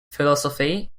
philosophy